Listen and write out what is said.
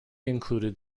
included